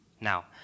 Now